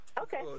okay